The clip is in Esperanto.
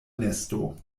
nesto